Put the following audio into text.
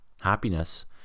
Happiness